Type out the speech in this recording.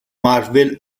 marvel